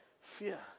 Fear